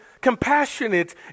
compassionate